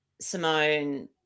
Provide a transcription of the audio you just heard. Simone